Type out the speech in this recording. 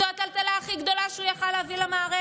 זו הטלטלה הכי גדולה שהוא היה יכול להביא למערכת.